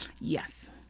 Yes